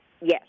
Yes